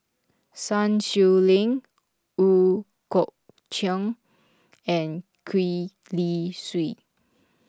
Sun Xueling Ooi Kok Chuen and Gwee Li Sui